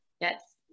Yes